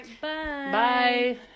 Bye